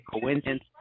coincidence